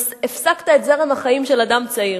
שהפסקת את זרם החיים של אדם צעיר.